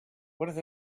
what